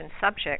subject